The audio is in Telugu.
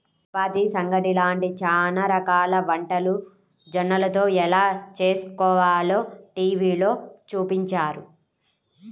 చపాతీ, సంగటి లాంటి చానా రకాల వంటలు జొన్నలతో ఎలా చేస్కోవాలో టీవీలో చూపించారు